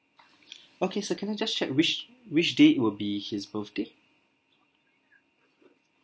okay sir can I just check which which date will be his birthday